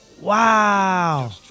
Wow